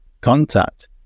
contact